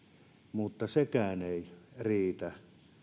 mutta sekään ei riitä